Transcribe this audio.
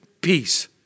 peace